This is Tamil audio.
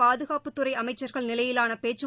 பாதகாப்புத்துறை அமைச்சர்கள் நிலையிலான பேச்சு